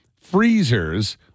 freezers